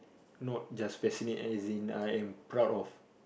not just fascinate and as in I am proud of